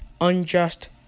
unjust